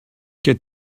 qu’as